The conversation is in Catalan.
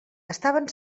estaven